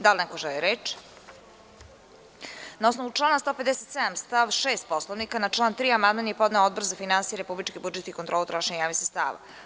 Da li neko želi reč? (Ne) Na osnovu člana 157. stav 6. Poslovnika, na član 3. amandman je podneo Odbor za finansije, republički budžet i kontrolu trošenja javnih sredstava.